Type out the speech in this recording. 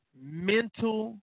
mental